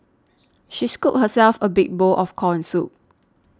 she scooped herself a big bowl of Corn Soup